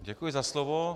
Děkuji za slovo.